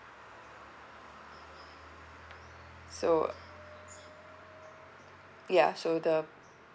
so ya so the